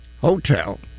Hotel